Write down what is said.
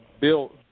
Bill